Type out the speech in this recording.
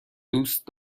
دوست